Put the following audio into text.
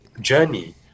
Journey